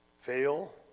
fail